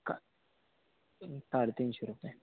का साडे तीनशे रुपये